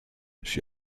she